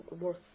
worth